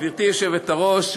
גברתי היושבת-ראש,